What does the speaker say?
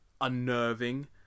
unnerving